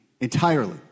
entirely